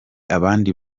abandi